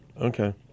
Okay